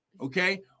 Okay